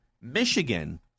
Michigan